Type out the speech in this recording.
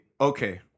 Okay